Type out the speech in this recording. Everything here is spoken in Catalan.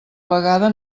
vegada